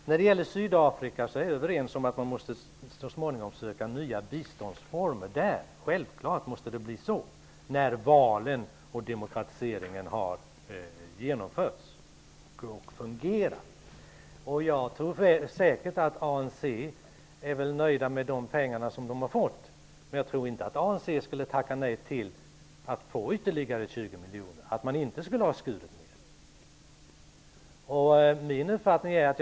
När det gäller Sydafrika är jag överens med Alf Svensson om att man så småningom måste söka nya biståndsformer. Självfallet måste det bli så när valen och demokratiseringen har genomförts och det fungerar. Jag tror säkert att man i ANC är nöjd med de pengar man fått. Men jag tror inte att ANC skulle tacka nej till de 20 miljoner ytterligare som skulle ha kommit om Sverige inte hade skurit ned.